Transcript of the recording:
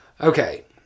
Okay